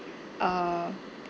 uh